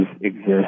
exist